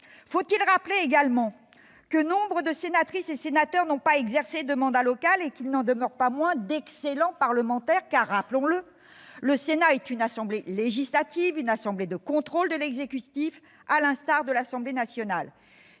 Faut-il rappeler également que nombre de sénatrices et de sénateurs n'ont pas exercé de mandat local et qu'ils n'en demeurent pas moins d'excellents parlementaires ? Car, rappelons-le, le Sénat est une assemblée législative, une assemblée de contrôle de l'exécutif, à l'instar de l'Assemblée nationale.